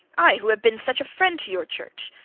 i who have been such a friend to your church!